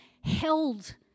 held